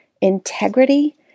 integrity